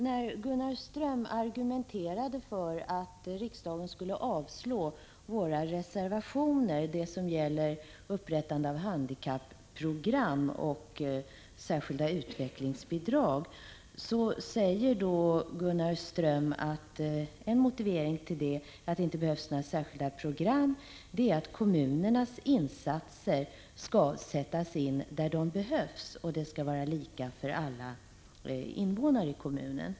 När Gunnar Ström argumenterade för att riksdagen skulle avslå våra reservationer, de som gäller upprättande av handikapprogram och särskilda utvecklingsbidrag, sade han att en motivering till att det inte behövs några särskilda program är att kommunernas insatser skall sättas in där de behövs och att de skall vara lika för alla invånare i kommunen.